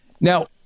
Now